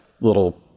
little